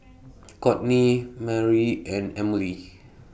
Cortney Mari and Emilie